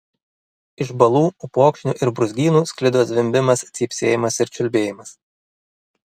iš balų upokšnių ir brūzgynų sklido zvimbimas cypsėjimas ir čiulbėjimas